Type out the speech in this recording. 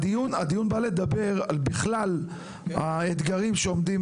הדיון בא לדבר בכלל על האתגרים שעומדים